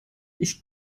ich